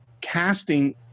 Casting